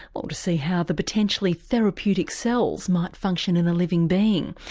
ah to see how the potentially therapeutic cells might function in a living being.